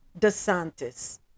DeSantis